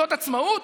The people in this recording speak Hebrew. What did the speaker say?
זאת עצמאות?